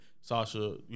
Sasha